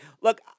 Look